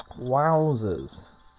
Wowzers